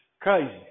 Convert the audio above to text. crazy